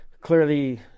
clearly